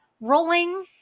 rolling